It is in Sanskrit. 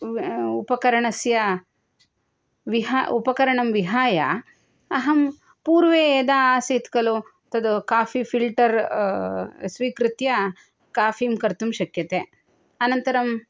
उपकरणस्य उपकरणं विहाय अहं पूर्वं यदा आसीत् खलु तत् काफ़ि फ़िल्टर् स्वीकृत्य काफ़ीं कर्तुं शक्यते अनन्तरं